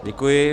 Děkuji.